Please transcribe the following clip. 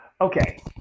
Okay